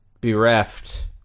bereft